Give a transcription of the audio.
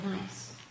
nice